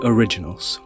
Originals